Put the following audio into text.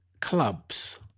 clubs